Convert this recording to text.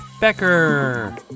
Becker